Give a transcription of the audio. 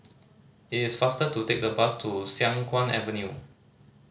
it is faster to take the bus to Siang Kuang Avenue